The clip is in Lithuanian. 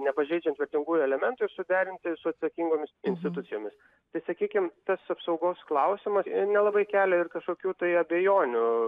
nepažeidžiant vertingųjų elementų ir suderinti su atsakingomis institucijomis tai sakykim tas apsaugos klausimas nelabai kelia ir kažkokių tai abejonių